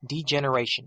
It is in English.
degeneration